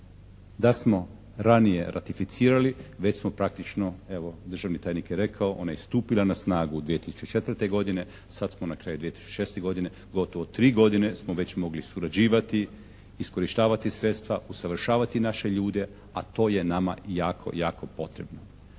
da smo ranije ratificirali, već smo praktično evo državni tajnik je rekao, ona je stupila na snagu 2004. godine, sad smo na kraju 2006. godine, gotovo 3 godine smo već mogli surađivati, iskorištavati sredstva, usavršavati naše ljude, a to je nama jako, jako potrebno.